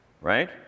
right